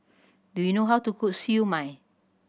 do you know how to cook Siew Mai